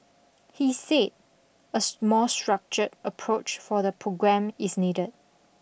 he said a small structured approach for the programme is needed